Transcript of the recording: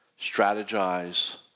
strategize